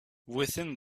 within